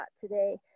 today